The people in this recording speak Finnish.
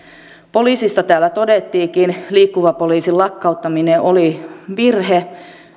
poliisista täällä todettiinkin liikkuvan poliisin lakkauttaminen oli virhe